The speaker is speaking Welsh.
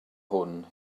hwn